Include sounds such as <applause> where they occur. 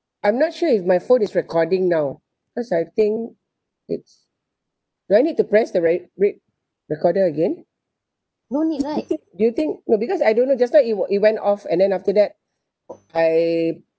I'm not sure if my phone is recording now cause I think it's do I need to press the re~ red recorder again do you think no because I don't know just now it we~ it went off and then after that <breath> I